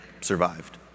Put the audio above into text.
survived